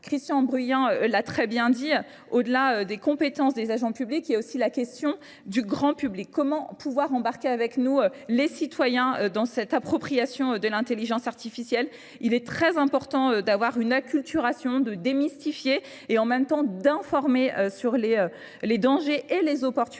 Christian Bruyan l'a très bien dit, au-delà des compétences des agents publics, il y a aussi la question du grand public. Comment pouvoir embarquer avec nous les citoyens dans cette appropriation de l'intelligence artificielle ? Il est très important d'avoir une acculturation, de démystifier et en même temps d'informer sur les dangers et les opportunités